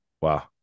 Wow